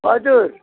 हजुर